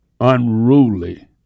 unruly